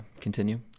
continue